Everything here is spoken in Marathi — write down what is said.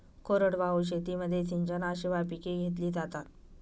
कोरडवाहू शेतीमध्ये सिंचनाशिवाय पिके घेतली जातात